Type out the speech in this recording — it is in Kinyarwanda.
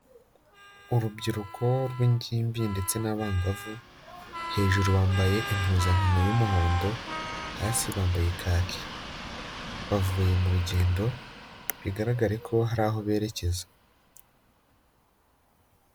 Urubyiruko rw'ingimbi ndetse n'abangavu hejuru bambaye impuzankano y'umuhondo hasi bambaye kaki, bavuye mu rugendo bigaragare ko hari aho berekeza.